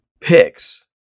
picks